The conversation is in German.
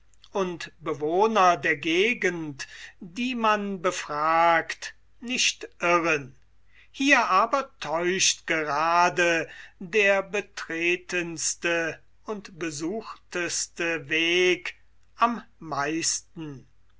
und bewohner die man befragt nicht irren hier aber täuscht gerade der betretenste und besuchteste weg am meisten